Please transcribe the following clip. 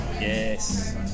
Yes